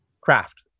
craft